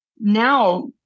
now